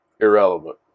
irrelevant